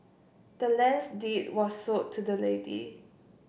the land's deed was sold to the lady